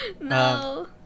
no